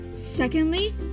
Secondly